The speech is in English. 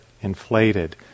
inflated